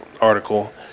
article